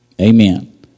Amen